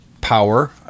power